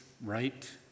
right